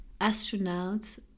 astronauts